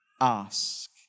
ask